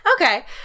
Okay